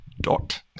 dot